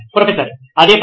professor అదే పని